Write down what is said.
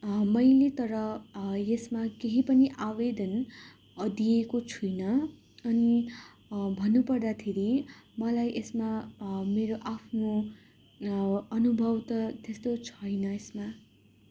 मैले तर यसमा केही पनि आवेदन दिएको छुइनँ अनि भन्नुपर्दाखेरि मलाई यसमा मेरो आफ्नो अनुभव त त्यस्तो छैन यसमा